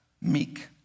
meek